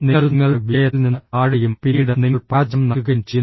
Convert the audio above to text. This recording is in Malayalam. നിങ്ങൾ നിങ്ങളുടെ വിജയത്തിൽ നിന്ന് താഴുകയും പിന്നീട് നിങ്ങൾ പരാജയം നൽകുകയും ചെയ്യുന്നു